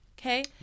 Okay